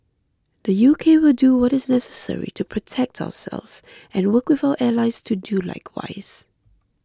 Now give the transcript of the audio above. the U K will do what is necessary to protect ourselves and work with our allies to do likewise